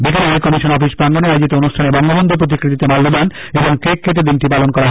বিকালে high commission office প্রাঙ্গনে আয়োজিত অনুষ্ঠানে বঙ্গবন্ধুর প্রতিকৃতিতে মাল্যদান ও কেক কেটে দিনটি পালন করা হয়